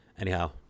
Anyhow